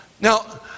Now